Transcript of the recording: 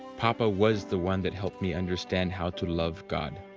papa was the one that helped me understand how to love god.